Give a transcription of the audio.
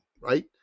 right